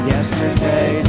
Yesterday